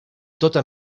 tota